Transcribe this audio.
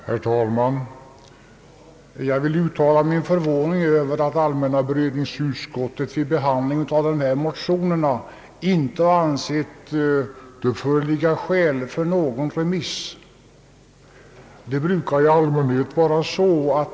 Herr talman! Jag vill uttala min förvåning över att allmänna beredningsutskottet vid sin behandling av motionerna i detta ärende inte har ansett det föreligga skäl att skicka ut dem på remiss.